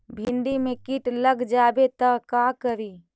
भिन्डी मे किट लग जाबे त का करि?